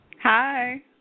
Hi